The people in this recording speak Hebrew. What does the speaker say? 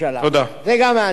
זה גם מעניין אותי.